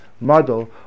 model